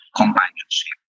companionship